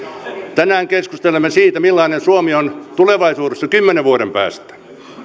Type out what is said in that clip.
tänään keskustelemme siitä millainen suomi on tulevaisuudessa kymmenen vuoden päästä